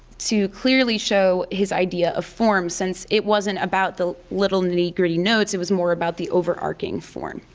to clearly show his idea of forms since it wasn't about the little nitty gritty notes, it was more about the overarching form.